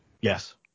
Yes